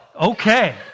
Okay